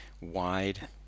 wide